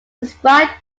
described